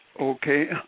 Okay